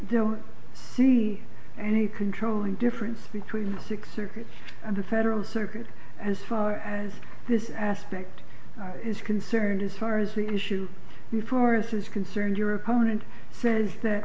don't see any controlling difference between six circuits and the federal circuit as far as this aspect is concerned as far as the issue before us is concerned your opponent says that